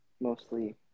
mostly